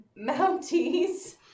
Mounties